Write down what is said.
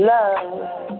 Love